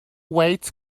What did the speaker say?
weights